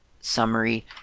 summary